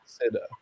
consider